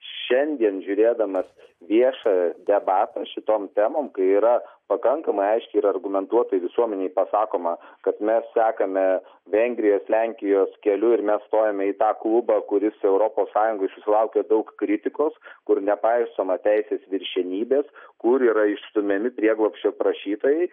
šiandien žiūrėdamas viešą debatą šitom temom kai yra pakankamai aiškiai ir argumentuotai visuomenei pasakoma kad mes sekame vengrijos lenkijos keliu ir mes stojome į tą klubą kuris europos sąjungoj susilaukė daug kritikos kur nepaisoma teisės viršenybės kur yra išstumiami prieglobsčio prašytojai